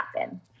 happen